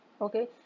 okay